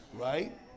Right